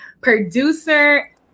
producer